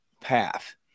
path